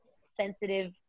sensitive